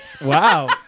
Wow